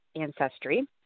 ancestry